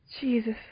Jesus